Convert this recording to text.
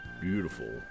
beautiful